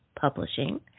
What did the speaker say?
publishing